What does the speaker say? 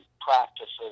practices